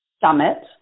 summit